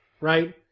right